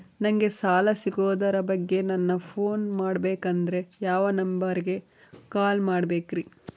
ನಂಗೆ ಸಾಲ ಸಿಗೋದರ ಬಗ್ಗೆ ನನ್ನ ಪೋನ್ ಮಾಡಬೇಕಂದರೆ ಯಾವ ನಂಬರಿಗೆ ಕಾಲ್ ಮಾಡಬೇಕ್ರಿ?